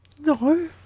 No